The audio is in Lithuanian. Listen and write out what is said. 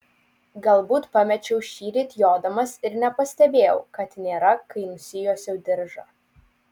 galbūt pamečiau šįryt jodamas ir nepastebėjau kad nėra kai nusijuosiau diržą